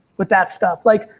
with that stuff. like,